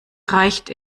reicht